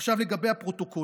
עכשיו, לגבי הפרוטוקולים,